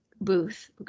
booth